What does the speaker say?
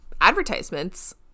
advertisements